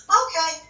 okay